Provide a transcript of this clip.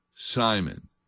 Simon